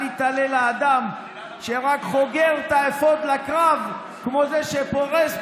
אל יתהלל האדם שרק חוגר את האפוד לקרב כמו זה שפורס,